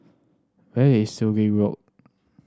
where is Sungei Road